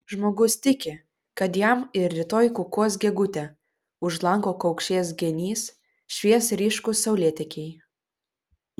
žmogus tiki kad jam ir rytoj kukuos gegutė už lango kaukšės genys švies ryškūs saulėtekiai